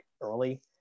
early